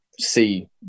see